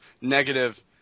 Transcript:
negative